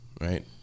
right